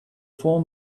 four